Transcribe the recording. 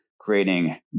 creating